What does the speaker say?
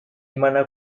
mana